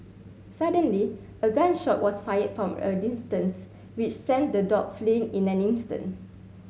suddenly a gun shot was fired from a distance which sent the dog fleeing in an instant